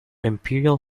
imperial